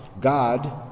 God